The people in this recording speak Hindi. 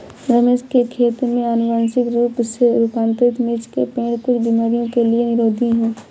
रमेश के खेत में अनुवांशिक रूप से रूपांतरित मिर्च के पेड़ कुछ बीमारियों के लिए निरोधी हैं